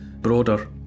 broader